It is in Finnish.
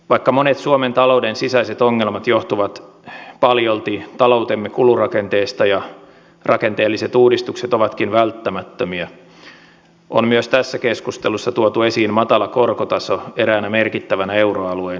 vaikka monet suomen talouden sisäiset ongelmat johtuvat paljolti taloutemme kulurakenteesta ja rakenteelliset uudistukset ovatkin välttämättömiä on myös tässä keskustelussa tuotu esiin matala korkotaso eräänä merkittävänä euroalueen hyötynä